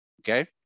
okay